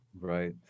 Right